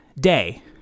day